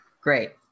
great